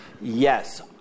yes